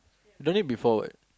don't need be forward